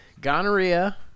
Gonorrhea